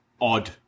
odd